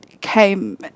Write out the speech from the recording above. came